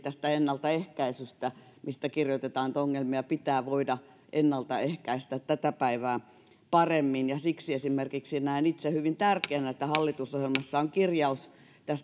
muun muassa ennaltaehkäisystä mistä kirjoitetaan että ongelmia pitää voida ennaltaehkäistä tätä päivää paremmin ja siksi näen itse hyvin tärkeänä esimerkiksi että hallitusohjelmassa on kirjaus